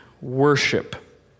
worship